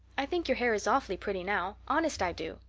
i think your hair is awfully pretty now honest i do.